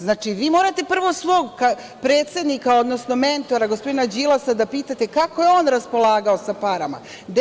Znači, vi morate prvo svog predsednika, odnosno mentora, gospodina Đilasa da pitate kako je on raspolagao parama?